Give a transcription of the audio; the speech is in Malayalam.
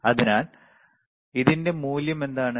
അതിനാൽ ഇതിന്റെ മൂല്യം എന്താണ്